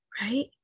right